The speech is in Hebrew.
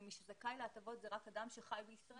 ומי שזכאי להטבות זה רק אדם שחי בישראל.